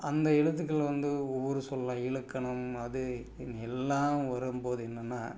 அந்த எழுத்துக்கள் வந்து ஒவ்வொன்று சொல்லலாம் இலக்கணம் அது இ எல்லாம் வரும்போது என்னென்னா